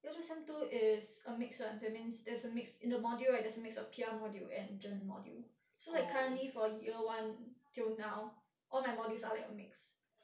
year two sem two is err mixed [one] that means there's a mixed in the module right there is a mix of P_R module and journal module so like currently for year one till now all my modules are like mixed